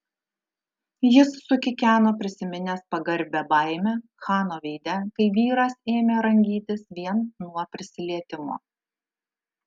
jis sukikeno prisiminęs pagarbią baimę chano veide kai vyras ėmė rangytis vien nuo prisilietimo